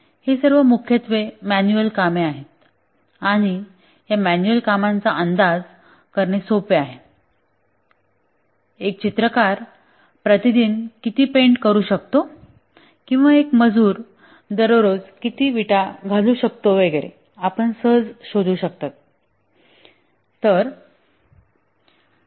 हे सर्व मुख्यत्वे मॅन्युअल काम आहे आणि या मॅन्युअल कामाचा अंदाज करणे सोपे आहे एक चित्रकार प्रति दिन किती पेंट करू शकतो किंवा एक मजूर दररोज किती विटा घालू शकतो वगैरे आपण सहज शोधू शकता